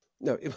no